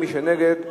ומי שנגד,